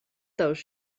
those